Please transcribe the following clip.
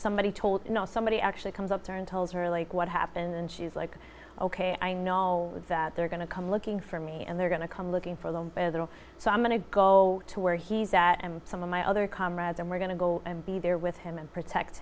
somebody told you know somebody actually comes up to her and told her like what happened and she's like ok i know that they're going to come looking for me and they're going to come looking for them so i'm going to go to where he's at and some of my other comrades and we're going to go and be there with him and protect